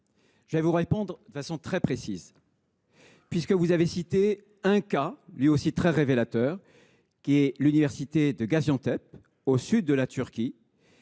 Je vais vous répondre de façon très précise, puisque vous avez cité le cas très révélateur de l’université de Gaziantep, au sud de la Turquie,